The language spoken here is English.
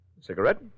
Cigarette